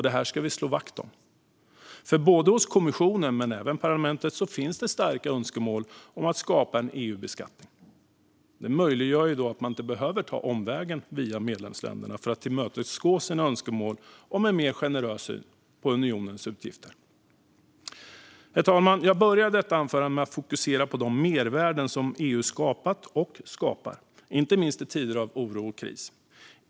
Det ska vi slå vakt om, för både hos kommissionen och i parlamentet finns starka önskemål om att skapa en EU-beskattning, som skulle möjliggöra att man inte behöver ta omvägen via medlemsländerna för att tillmötesgå sina önskemål om en mer generös syn på unionens uppgifter. Herr talman! Jag började detta anförande med att fokusera på de mervärden som EU skapat och skapar, inte minst i tider av oro och kris.